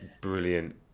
brilliant